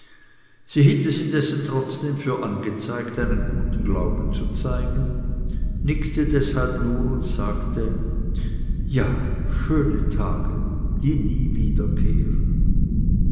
sie hielt es indessen trotzdem für angezeigt einen guten glauben zu zeigen nickte deshalb nur und sagte ja schöne tage die nie